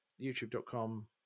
youtube.com